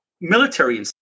military